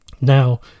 Now